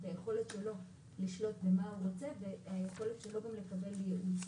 את היכולת שלו לשלוט במה הוא רוצה והיכולת שלו גם לקבל ייעוץ.